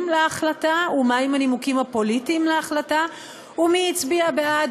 להחלטה ומהם הנימוקים הפוליטיים להחלטה ומי הצביע בעד